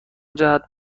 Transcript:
جهت